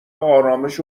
ارامش